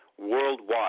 worldwide